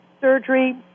surgery